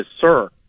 sir